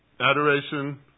Adoration